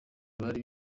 abari